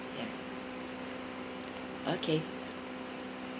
ya okay